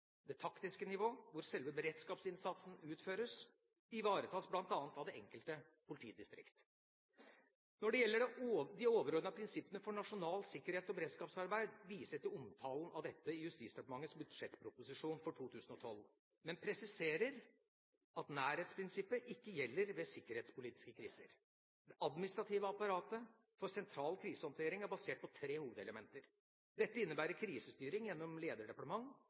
Det taktiske nivå, hvor selve beredskapsinnsatsen utføres, ivaretas bl.a. av det enkelte politidistrikt. Når det gjelder de overordnede prinsippene for nasjonalt sikkerhets- og beredskapsarbeid, viser jeg til omtalen av disse i Justisdepartementets budsjettproposisjon for 2012, men presiserer at nærhetsprinsippet ikke gjelder ved sikkerhetspolitiske kriser. Det administrative apparatet for sentral krisehåndtering er basert på tre hovedelementer. Dette innebærer krisestyring gjennom lederdepartement,